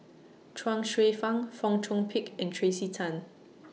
Chuang Hsueh Fang Fong Chong Pik and Tracey Tan